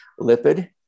lipid